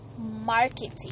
Marketing